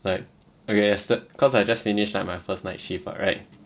like okay yester~ cause I just finished my first night shift [what] right